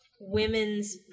women's